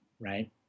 right